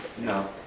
No